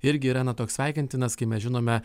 irgi yra na toks sveikintinas kai mes žinome